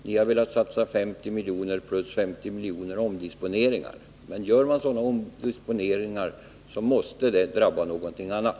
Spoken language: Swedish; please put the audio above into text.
Ni har velat satsa 50 milj.kr. i beställningsbemyndigande plus 50 milj.kr. i omdisponeringar. Men gör man omdisponeringar, måste det drabba någonting annat.